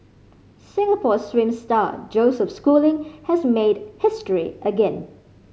Singapore swim star Joseph Schooling has made history again